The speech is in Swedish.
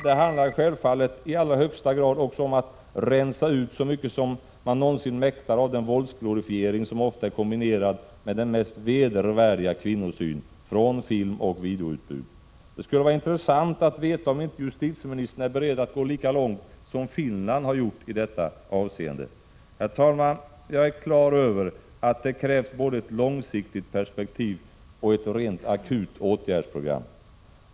Det handlar självfallet i allra högsta grad också om att rensa ut så mycket som man någonsin mäktar av den våldsglorifiering som ofta är kombinerad med den mest vedervärdiga kvinnosyn från filmoch videoutbudet. Det skulle vara intressant att få veta om justitieministern är beredd att gå lika långt som man i Finland har gjort i detta avseende. Herr talman! Jag är på det klara med att det krävs både ett långsiktigt perspektiv och ett rent akut åtgärdsprogram.